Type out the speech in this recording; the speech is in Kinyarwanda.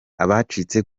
abacitse